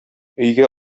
өйгә